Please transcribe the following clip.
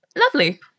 Lovely